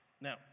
Now